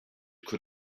could